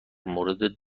مورد